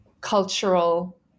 cultural